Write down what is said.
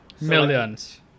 Millions